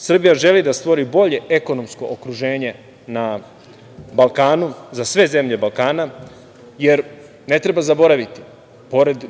Srbija želi da stvori bolje ekonomsko okruženje na Balkanu za sve zemlje Balkana. Jer, ne treba zaboraviti, pored